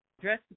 dress